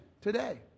today